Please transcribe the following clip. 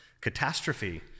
Catastrophe